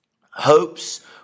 hopes